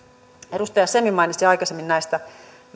edustaja semi mainitsi aikaisemmin näistä